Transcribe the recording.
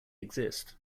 exist